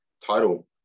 title